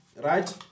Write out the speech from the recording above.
right